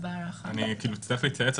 אצטרך להתייעץ.